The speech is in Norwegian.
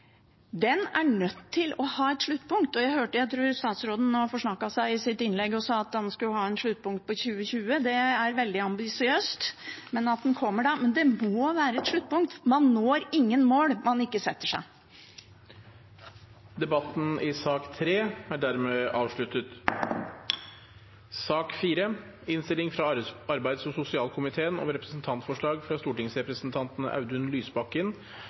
Den er nødt til å ha et sluttpunkt, og jeg tror statsråden nå forsnakket seg i sitt innlegg og sa at man skulle ha et sluttpunkt på 2020 – det er veldig ambisiøst, men at den kommer da. Men det må være et sluttpunkt, man når ingen mål man ikke setter seg. Flere har ikke bedt om ordet til sak nr. 3. Etter ønske fra arbeids- og sosialkomiteen